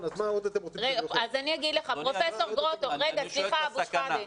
אני שואל על הסכנה.